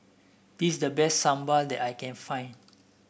this is the best sambal that I can find